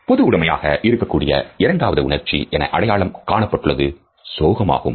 பொது உடைமையாக இருக்கக்கூடிய இரண்டாவது உணர்ச்சி என அடையாளம் காணப்பட்டுள்ளது சோகம் ஆகும்